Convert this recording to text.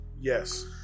Yes